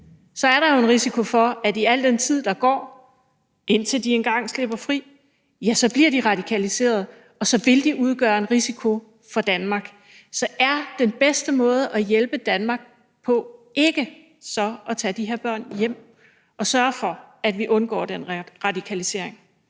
de bliver radikaliseret i løbet af den tid, der går, indtil de engang slipper fri, og så vil de udgøre en risiko for Danmark. Så er den bedste måde at hjælpe Danmark på ikke at tage de her børn hjem og sørge for, at vi undgår den radikalisering?